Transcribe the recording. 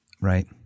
right